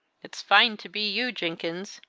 it's fine to be you, jenkins!